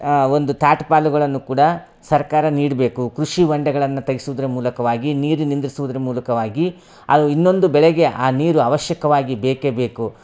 ಆ ಒಂದು ತಾಟ್ಪಾಲುಗಳನ್ನು ಕೂಡ ಸರ್ಕಾರ ನೀಡಬೇಕು ಕೃಷಿ ಹೊಂಡಗಳನ್ನ ತೆಗ್ಸೋದ್ರಾ ಮೂಲಕವಾಗಿ ನೀರು ನಿಂದ್ರಿಸೋದ್ರ್ ಮೂಲಕವಾಗಿ ಆ ಇನ್ನೊಂದು ಬೆಳೆಗೆ ಆ ನೀರು ಅವಶ್ಯಕವಾಗಿ ಬೇಕೇ ಬೇಕು